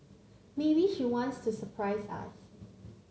maybe she wants to surprise us